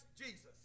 Jesus